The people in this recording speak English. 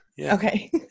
Okay